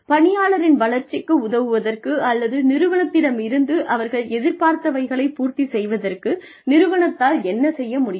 பணியாளரின் வளர்ச்சிக்கு உதவுவதற்கு அல்லது நிறுவனத்திடமிருந்து அவர்கள் எதிர்பார்த்தவைகளைப் பூர்த்தி செய்வதற்கு நிறுவனத்தால் என்ன செய்ய முடியும்